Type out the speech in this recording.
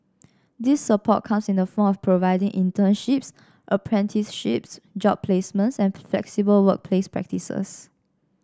this support comes in the form of providing internships apprenticeships job placements and flexible workplace practices